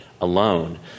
alone